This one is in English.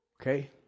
Okay